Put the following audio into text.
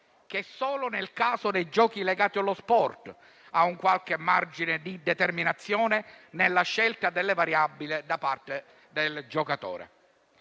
che solo nel caso dei giochi legati allo sport ha un qualche margine di determinazione nella scelta delle variabili da parte del giocatore.